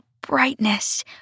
brightness